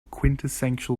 quintessential